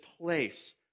place